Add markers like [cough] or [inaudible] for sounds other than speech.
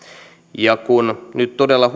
ja kun nyt todella [unintelligible]